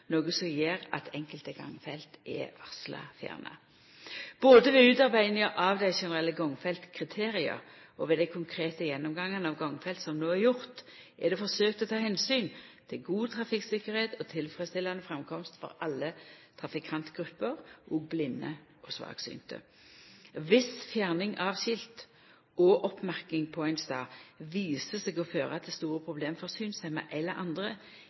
noko som gjer at enkelte gangfelt er varsla fjerna. Både ved utarbeidinga av dei generelle gangfeltkriteria og ved dei konkrete gjennomgangane av gangfelt som no er gjorde, er det forsøkt å ta omsyn til god trafikktryggleik og tilfredsstillande framkomst for alle trafikantgrupper, også blinde og svaksynte. Dersom fjerning av skilt og oppmerking på ein stad viser seg å føra til store problem for synshemma eller andre,